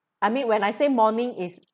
I mean when I say morning is